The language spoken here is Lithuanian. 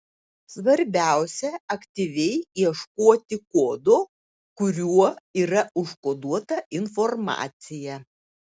svarbiausia aktyviai ieškoti kodo kuriuo yra užkoduota informacija